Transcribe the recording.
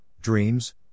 Dreams